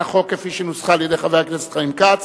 החוק כפי שנוסחה על-ידי חבר הכנסת חיים כץ,